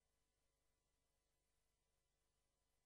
להיות